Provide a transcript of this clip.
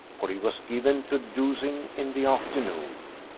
for he was given to dozing in the afternoon.